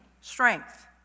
strength